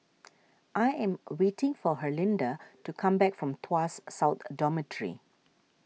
I am waiting for Herlinda to come back from Tuas South a Dormitory